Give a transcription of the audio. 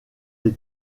des